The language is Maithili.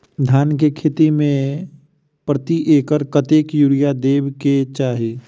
धान केँ खेती मे प्रति एकड़ कतेक यूरिया देब केँ चाहि?